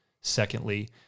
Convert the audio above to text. secondly